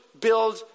build